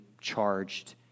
charged